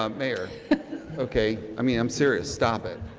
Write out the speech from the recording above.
um mayor okay, i mean, i'm serious, stop it.